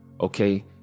Okay